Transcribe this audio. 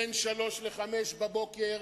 בין 03:00 ל-05:00,